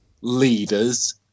leaders